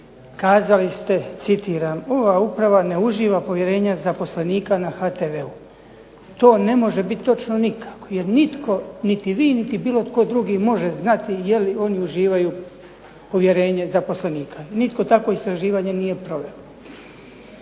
kazali ste "Ova uprava ne uživa povjerenja zaposlenika na HTV-u". to ne može biti točno nikako, jer nitko niti vi niti bilo tko drugi može znati jeli oni uživaju povjerenje zaposlenika. Nitko takvo istraživanje nije proveo.